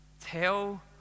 Tell